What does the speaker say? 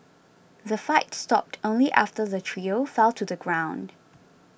the fight stopped only after the trio fell to the ground